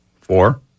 Four